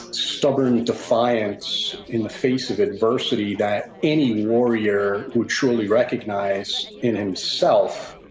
stubborn defiance, in the face of adversity, that any warrior would surely recognize in himself.